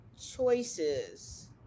choices